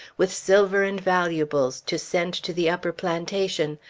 with silver and valuables, to send to the upper plantation.